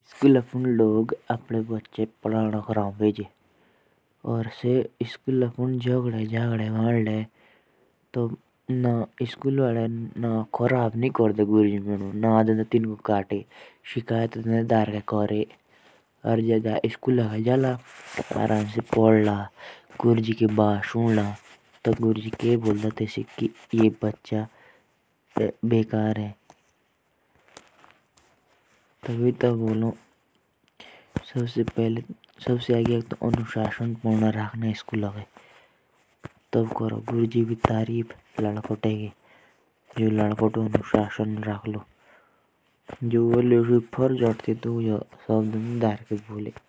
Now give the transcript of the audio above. अगर जो बच्चे होते ह। अगर वो स्कूल में जायेंगे तो स्कूल में सबसे पहिले अनुषासन में रखना पड़ेगा। वरना उसका नाम कट भी लिया जा सकता ह।